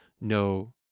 no